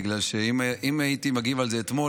בגלל שאם הייתי מגיב על זה אתמול,